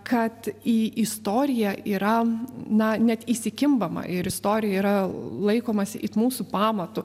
kad į istoriją yra na net įsikimbama ir istorija yra laikomasi it mūsų pamatu